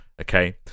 Okay